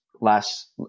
last